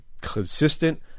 consistent